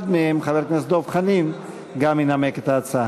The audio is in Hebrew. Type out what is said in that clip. אחד מהם, חבר הכנסת דב חנין, גם ינמק את ההצעה.